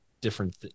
different